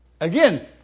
Again